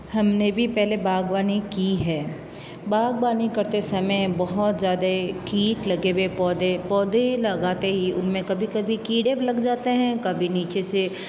हमने भी पहले बागवानी की है बागवानी करते समय बहुत ज़्यादा कीट लगे हुए पौधे पौधे लगाते ही उनमें कभी कभी कीड़े भी लग जाते हैं कभी नीचे से